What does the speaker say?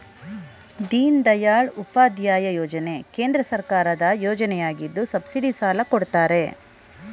ದೀನದಯಾಳ್ ಉಪಾಧ್ಯಾಯ ಯೋಜನೆ ಕೇಂದ್ರ ಸರ್ಕಾರದ ಯೋಜನೆಯಗಿದ್ದು ಸಬ್ಸಿಡಿ ಸಾಲ ಕೊಡ್ತಾರೆ